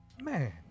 man